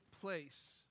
place